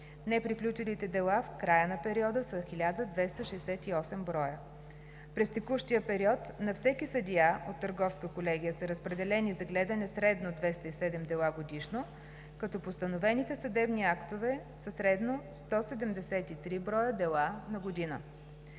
Неприключилите дела в края на периода са 1268 броя. През текущия период на всеки съдия от търговска колегия са разпределени за гледане средно 207 дела годишно, като постановените съдебни актове са средно 173 броя дела на година.